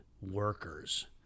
workers